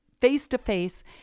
face-to-face